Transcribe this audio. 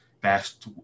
best